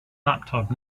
laptop